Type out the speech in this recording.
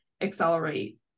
accelerate